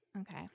Okay